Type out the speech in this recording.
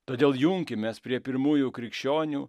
todėl junkimės prie pirmųjų krikščionių